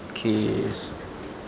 okay